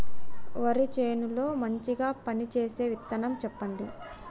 వరి చేను లో మంచిగా పనిచేసే విత్తనం చెప్పండి?